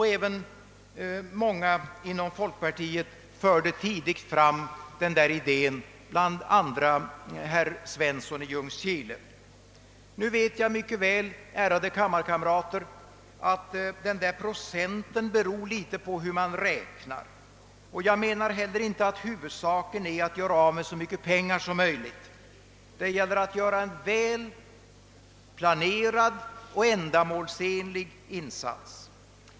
Många inom folkpartiet förde tidigt fram den, bland andra herr Svensson i Ljungskile. Nu vet jag mycket väl, ärade kammarkamrater, att den där procenten beror litet på hur man räknar, och jag menar inte heller att huvudsaken är att göra av med så mycket pengar som möjligt. Det gäller att göra en väl planerad och ändamålsenlig insats.